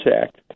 Act